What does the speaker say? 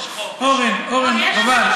אורן, אורן, חבל.